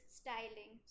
styling